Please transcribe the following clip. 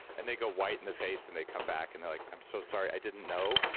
and they go white in the face and they come back and they're like i'm so sorry, i didn't know.